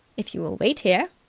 if you will wait here,